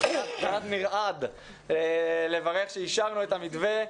קצת נרעד, לברך שאישרנו את המתווה.